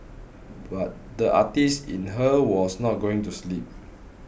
but the artist in her was not going to sleep